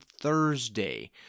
Thursday